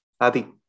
Adi